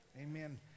Amen